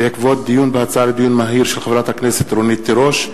הצעתה של חברת הכנסת רונית תירוש.